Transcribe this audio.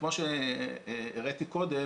כמו שהראיתי קודם,